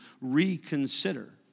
reconsider